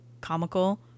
comical